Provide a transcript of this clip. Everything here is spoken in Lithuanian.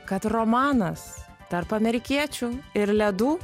kad romanas tarp amerikiečių ir ledų